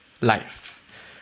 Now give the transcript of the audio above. life